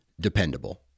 dependable